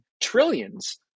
trillions